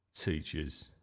Teachers